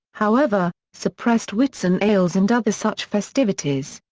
however, suppressed whitsun ales and other such festivities.